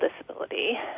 disability